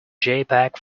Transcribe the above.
jpeg